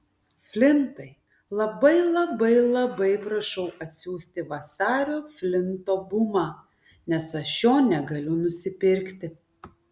flintai labai labai labai prašau atsiųsti vasario flinto bumą nes aš jo negaliu nusipirkti